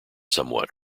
somewhat